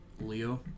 Leo